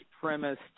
premised